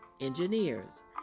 engineers